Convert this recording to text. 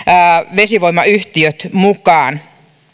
vesivoimayhtiöt mukaan